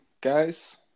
guys